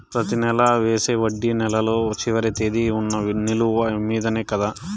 ప్రతి నెల వేసే వడ్డీ నెలలో చివరి తేదీకి వున్న నిలువ మీదనే కదా?